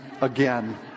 again